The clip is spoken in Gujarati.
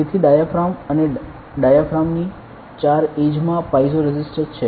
તેથી ડાયાફ્રામ અને ડાયાફ્રામ ની ચાર એડ્જ માં પાઇઝો રેઝિસ્ટર છે